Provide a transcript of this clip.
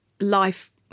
life